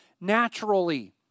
naturally